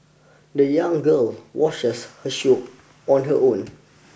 the young girl washed her shoes on her own